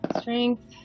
Strength